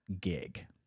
gig